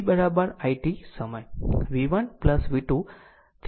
તો v it સમય v1 v2 up to vn